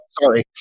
sorry